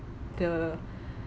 the